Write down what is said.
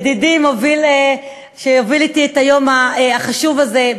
ידידי שהוביל אתי את היום החשוב הזה.